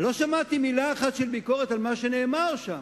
לא שמעתי מלה אחת של ביקורת על מה שנאמר שם.